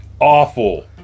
awful